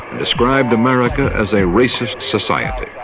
described america as a racist society.